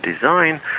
design